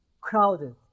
crowded